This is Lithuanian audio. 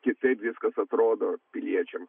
kitaip viskas atrodo piliečiam